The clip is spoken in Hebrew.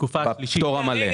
בתקופת הפטור המלא.